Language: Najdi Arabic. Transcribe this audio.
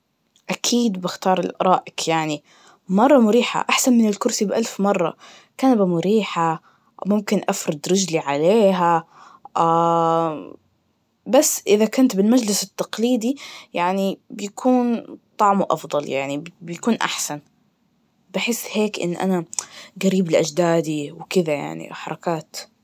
أكيد بختار الأرائك يعني, مرة مريحة, أحسن من الكرسي بألف مرة, الكنبة مريحة, ممكن أفرد رجلي عليها, بس إذا كنت بالمجلس التقليدي, يعني بيكون طعمه أفضل يعني بيكون أحسن, بحس هيك إن أنا قريب لأجدادي وكدا يعني, حركات.